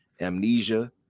Amnesia